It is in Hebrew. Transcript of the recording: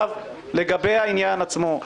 לגבי העניין עצמו,